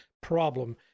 problem